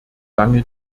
lange